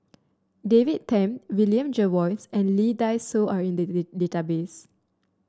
David Tham William Jervois and Lee Dai Soh are in the database